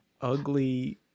Ugly